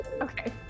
Okay